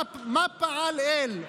"מה פעל אל"?